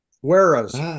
Whereas